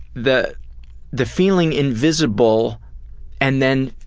the the feeling invisible and then